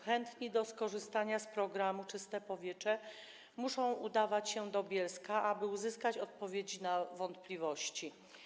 Chętni do skorzystania z programu „Czyste powietrze” muszą udawać się do Bielska-Białej, aby uzyskać odpowiedzi na wątpliwości.